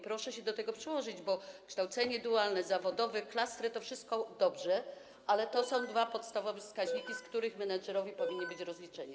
Proszę się do tego przyłożyć, bo kształcenie dualne, zawodowe, klastry, wszystko dobrze, ale to są dwa podstawowe wskaźniki, z których menedżerowie powinni być rozliczeni.